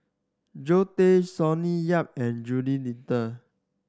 Zoe Tay Sonny Yap and Jules Itier